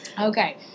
Okay